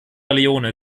leone